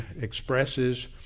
expresses